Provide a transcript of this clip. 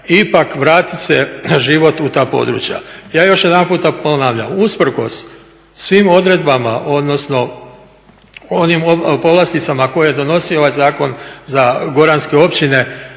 ipak vratit se život u ta područja. Ja još jedanputa ponavljam. Usprkos svim odredbama, odnosno onim povlasticama koje donosi ovaj zakon za goranske općine